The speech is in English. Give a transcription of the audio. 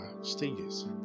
stages